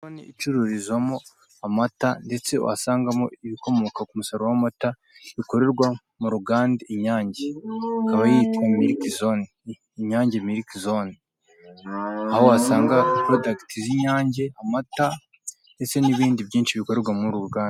Inzu icururizwamo w'amata, ndetse wasangamo ibikomoka k'umusaruro w'amata bikorerwa ku ruganda inyange. ikaba yitwa milike zone, inyange milike zone, aho wasanga kontakiti z'inyange, amata ndetse ibindi byinshi bikorerwa muri uru ruganda.